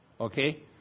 Okay